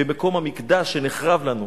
במקום המקדש שנחרב לנו.